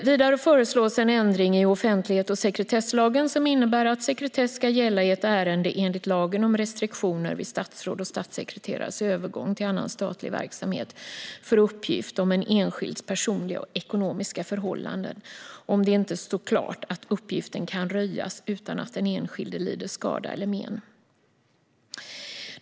Vidare föreslås en ändring i offentlighets och sekretesslagen som innebär att sekretess ska gälla i ett ärende enligt lagen om restriktioner vid statsråds och statssekreterares övergång till annan statlig verksamhet för uppgift om en enskilds personliga och ekonomiska förhållanden om det inte står klart att uppgiften kan röjas utan att den enskilde lider skada eller men.